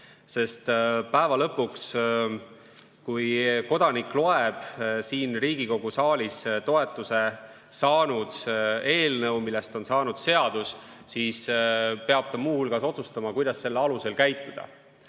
Päeva lõpuks, kui kodanik loeb siin Riigikogu saalis toetuse saanud eelnõu, millest on saanud seadus, siis peab ta muu hulgas otsustama, kuidas selle alusel käituda.